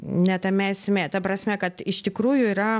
ne tame esmė ta prasme kad iš tikrųjų yra